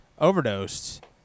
overdosed